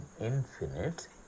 infinite